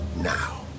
Now